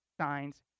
signs